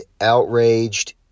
outraged